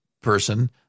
person